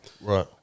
right